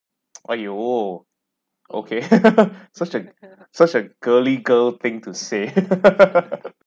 !aiyo! okay such a such a girly girl thing to say